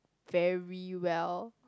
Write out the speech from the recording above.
very well